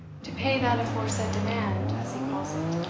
to pay that aforesaid demand, as he calls it.